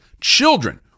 children